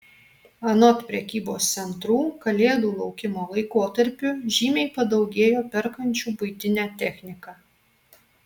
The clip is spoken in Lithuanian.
anot prekybos centrų kalėdų laukimo laikotarpiu žymiai padaugėjo perkančių buitinę techniką